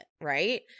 right